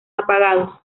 apagados